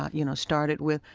ah you know, started with,